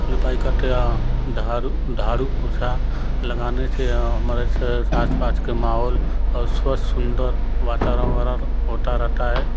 लीपाई करते हैं झाड़ू झाड़ू पोछा लगाने से हमारे छ आसपास के माहौल और स्वस्थ सुंदर वातावरण वगैरह होता रहता है